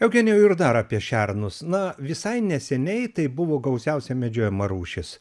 eugenijau ir dar apie šernus na visai neseniai tai buvo gausiausia medžiojama rūšis